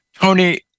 Tony